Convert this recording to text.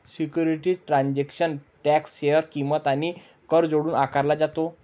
securities transaction tax share किंमत आणि कर जोडून आकारला जातो